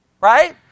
Right